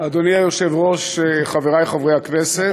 אדוני היושב-ראש, חברי חברי הכנסת,